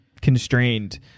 constrained